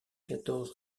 quatorze